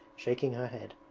shaking her head.